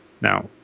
Now